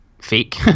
fake